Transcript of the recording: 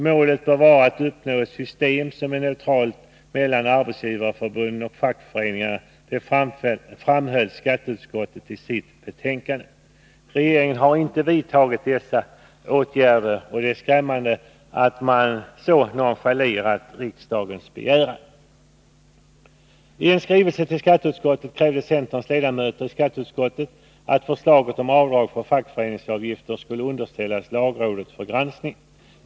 Målet bör vara att uppnå ett system som är neutralt mellan arbetsgivarförbunden och fackföreningarna, det framhöll skatteutskottet i sitt betänkande. Regeringen har inte vidtagit dessa åtgärder, och det är skrämmande att man nonchalerar 147 riksdagens begäran på ett sådant sätt. Ten skrivelse till skatteutskottet krävde centerns ledamöter i skatteutskottet att förslaget om avdrag för fackföreningsavgifter skulle underställas lagrådet för granskning.